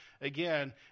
again